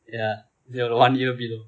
ya they will one year below